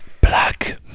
black